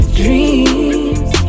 dreams